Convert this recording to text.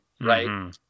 right